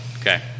Okay